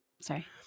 Sorry